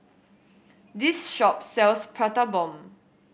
this shop sells Prata Bomb